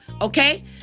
Okay